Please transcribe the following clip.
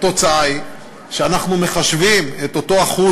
התוצאה היא שאנחנו מחשבים את אותו אחוז